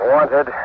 Wanted